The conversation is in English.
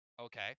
okay